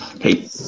Hey